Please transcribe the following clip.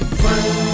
friends